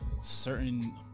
certain